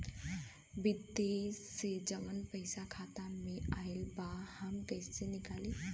विदेश से जवन पैसा खाता में आईल बा हम कईसे निकाली?